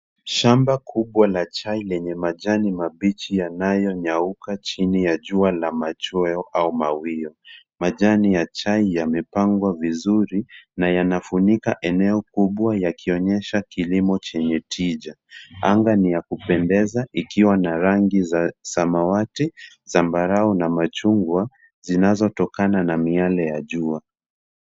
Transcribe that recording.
Shamba kubwa la chai lenye majani mabichi yanayonyauka chini ya jua la machweo au mawio. Majani ya chai yamepangwa vizuri, na yanafunika eneo kubwa yakionyesha kilimo chenye tija. Anga ni ya kupendeza, ikiwa na rangi za samawati, zambarau, na machungwa, zinazotokana na miale ya jua.